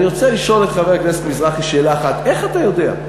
אני רוצה לשאול את חבר הכנסת מזרחי שאלה אחת: איך אתה יודע?